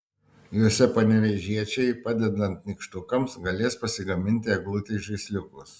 jose panevėžiečiai padedant nykštukams galės pasigaminti eglutei žaisliukus